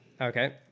Okay